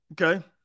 Okay